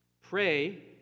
Pray